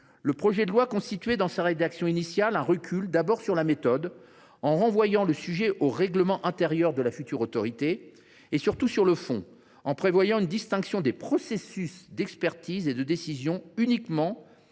du projet de loi constituait un recul, sur la méthode, en renvoyant le sujet au règlement intérieur de la future Autorité, et surtout sur le fond, en prévoyant une distinction entre processus d’expertise et de décision uniquement